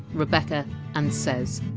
rebecca and sez